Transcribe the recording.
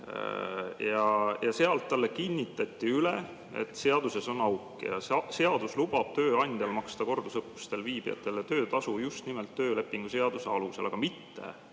ja sealt talle kinnitati üle, et seaduses on auk ja seadus lubab tööandjal maksta kordusõppustel viibijatele töötasu just nimelt töölepingu seaduse alusel, aga mitte